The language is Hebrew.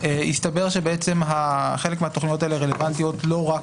הסתבר שחלק מהתכניות האלה רלוונטיות לא רק